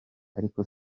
ariko